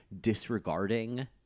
disregarding